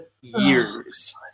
years